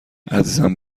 عزیزم